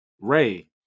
Ray